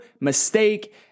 mistake